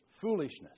Foolishness